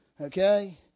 Okay